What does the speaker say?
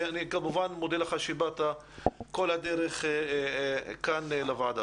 וכמובן אני מודה לך שבאת כל הדרך לכאן לוועדה